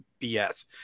BS